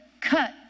cut